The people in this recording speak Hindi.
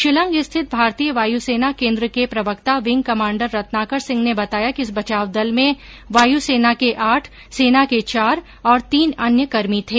शिलंग स्थित भारतीय वायुसेना केंद्र के प्रवक्ता विंग कमांडर रत्नाकर सिंह ने बताया कि इस बचाव दल में वायुसेना के आठ सेना के चार और तीन अन्य कर्मी थे